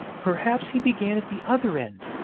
perhaps he began at the other end,